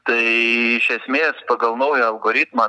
tai iš esmės pagal naują algoritmą